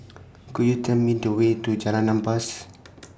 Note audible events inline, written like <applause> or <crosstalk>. Could YOU Tell Me The Way to Jalan Ampas <noise>